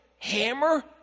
Hammer